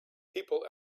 people